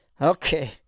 Okay